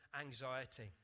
anxiety